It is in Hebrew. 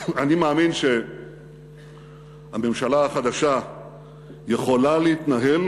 אני מאמין שהממשלה החדשה יכולה להתנהל